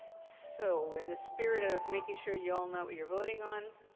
so in the spirit of making sure you all know what you're voting on,